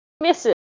misses